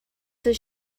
does